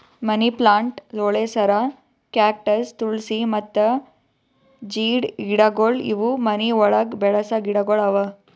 ಮನಿ plant, ಲೋಳೆಸರ, cactus, ತುಳ್ಸಿ ಮತ್ತ ಜೀಡ್ ಗಿಡಗೊಳ್ ಇವು ಮನಿ ಒಳಗ್ ಬೆಳಸ ಗಿಡಗೊಳ್ ಅವಾ